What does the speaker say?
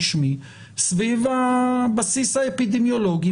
סביב הבסיס האפידמיולוגי,